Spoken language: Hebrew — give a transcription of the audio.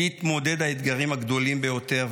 להתמודד עם האתגרים הגדולים ביותר,